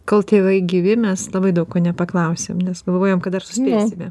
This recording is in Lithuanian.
kol tėvai gyvi mes labai daug ko nepaklausiam nes galvojam kad dar suspėsime